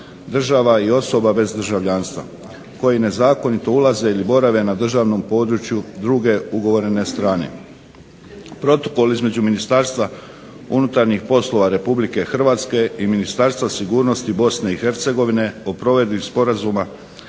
država i osoba bez državljanstva koji nezakonito ulaze ili borave na državnom području druge ugovorene strane. Protokol između Ministarstva unutarnjih poslova RH i Ministarstva sigurnosti BiH o provedbi Sporazuma